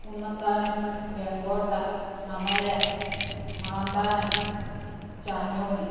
Kunnanthanam Benkotta Amara Manthanam Chanjodi